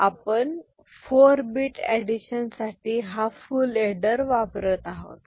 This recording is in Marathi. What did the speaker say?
आपण 4 bit एडिशन साठी हा फुल एडर वापरत आहोत